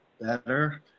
better